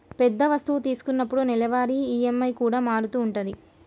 పెద్ద వస్తువు తీసుకున్నప్పుడు నెలవారీ ఈ.ఎం.ఐ కూడా మారుతూ ఉంటది